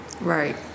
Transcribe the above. Right